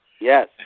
Yes